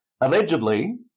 Allegedly